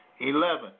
Eleven